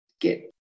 get